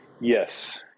Yes